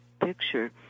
picture